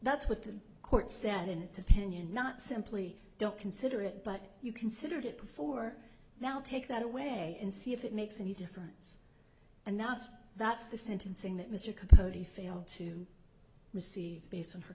that's what the court said in its opinion not simply don't consider it but you considered it before now take that away and see if it makes any difference and that's that's the sentencing that mr cody failed to receive based on